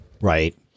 Right